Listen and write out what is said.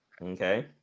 okay